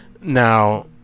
Now